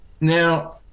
Now